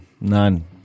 none